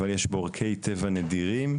אבל יש בו עורכי טבע נדירים,